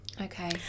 okay